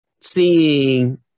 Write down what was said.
seeing